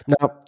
Now